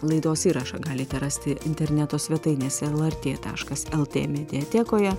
laidos įrašą galite rasti interneto svetainėse lrt taškas lt mediatekoje